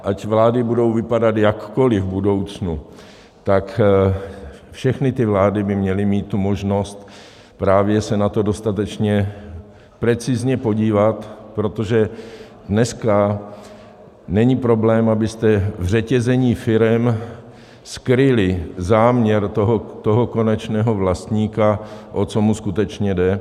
Ať vlády budou vypadat jakkoliv v budoucnu, tak všechny ty vlády by měly mít možnost právě se na to dostatečně precizně podívat, protože dneska není problém, abyste v řetězení firem skryli záměr toho konečného vlastníka, o co mu skutečně jde.